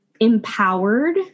empowered